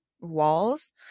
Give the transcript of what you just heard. walls